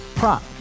Prop